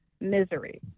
misery